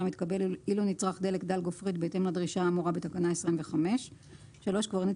מתקבל אילו נצרך דלק דל גופרית בהתאם לדרישה האמורה בתקנה 25. קברניט